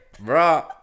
bruh